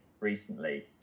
Recently